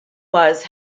was